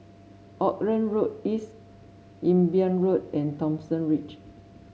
Auckland Road East Imbiah Road and Thomson Ridge